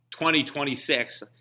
2026